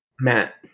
Matt